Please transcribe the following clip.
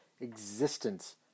existence